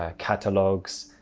ah catalogues,